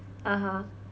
(uh huh)